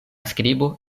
skribo